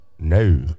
No